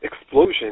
explosion